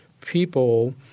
people